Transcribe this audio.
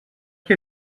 què